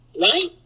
Right